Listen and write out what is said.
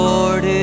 Lord